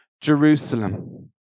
Jerusalem